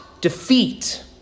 defeat